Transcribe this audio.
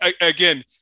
Again